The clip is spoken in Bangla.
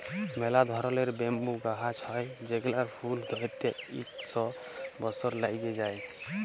ম্যালা ধরলের ব্যাম্বু গাহাচ হ্যয় যেগলার ফুল ধ্যইরতে ইক শ বসর ল্যাইগে যায়